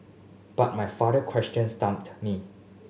but my father question stumped me